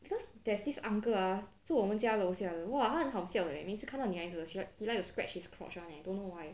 because there's this uncle ah 住我们家楼下的 !wah! 他很好笑的 leh 每次看到女孩子 he like to scratch his crotch [one] leh don't know why